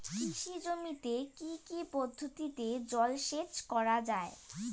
কৃষি জমিতে কি কি পদ্ধতিতে জলসেচ করা য়ায়?